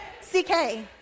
C-K